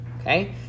okay